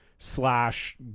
slash